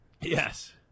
Yes